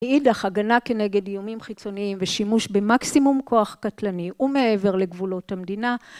מאידך כנגד איומים חיצוניים ושימוש במקסימום כוח קטלני ומעבר לגבולות המדינה.